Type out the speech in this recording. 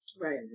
Right